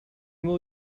will